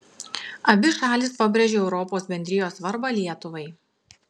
abi šalys pabrėžia europos bendrijos svarbą lietuvai